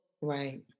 Right